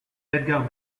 edgar